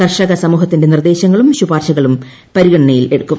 കർഷക സമൂഹത്തിന്റെ നിർദ്ദേശങ്ങളും ശുപാർശകളും പരിഗണനയിലെടുക്കും